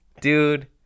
dude